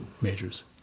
majors